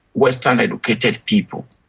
western-educated, people.